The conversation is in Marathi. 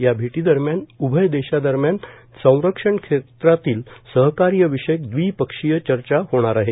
या भेटी दरम्यान उभय देशादरम्यान संरक्षण क्षेत्रातील सहकार्यविषयक द्वि पक्षीय चर्चा होणार आहे